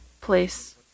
place